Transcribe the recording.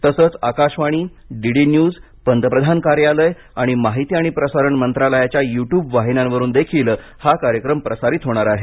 तसंच आकाशवाणी DD news पंतप्रधान कार्यालय आणि माहिती आणि प्रसारण मंत्रालयाच्या युट्युब वाहिन्यांवरूनही हा कार्यक्रम प्रसारित होणार आहे